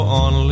on